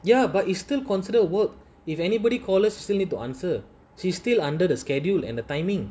ya but it's still considered work if anybody calls us still need to answer she still under the schedule and the timing